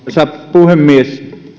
puhemies